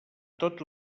tot